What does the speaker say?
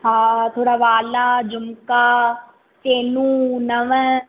हा थोरा वाला झुमका चैनूं नव